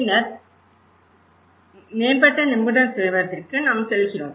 பின்னர் மேம்பட்ட நிபுணத்துவத்திற்கு நாம் செல்கிறோம்